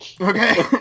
Okay